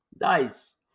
Nice